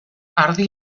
ardi